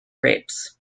grapes